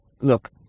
look